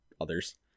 others